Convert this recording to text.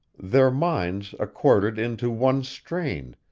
their minds accorded into one strain,